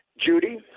Judy